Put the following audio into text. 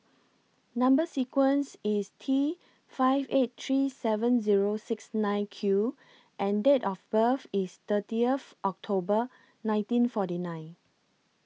Number sequence IS T five eight three seven Zero six nine Q and Date of birth IS thirtieth October nineteen forty nine